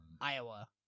Iowa